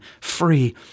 free